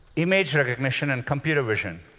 image recognition and computer vision.